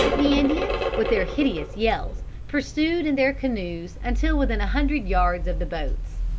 the indians, with their hideous yells, pursued in their canoes until within a hundred yards of the boats.